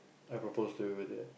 I propose to you with it